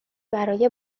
برای